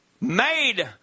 made